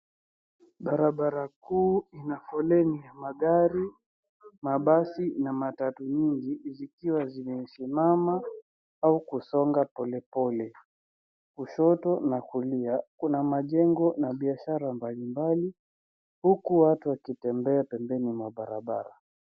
Barabara kuu ina foleni ya magari , mabasi na matatu nyingi, zikiwa zimesimama au kusonga polepole. Kushoto na kulia, kuna majengo na biashara mbalimbali huku watu wakitembea pembeni mwa barabara.